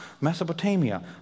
Mesopotamia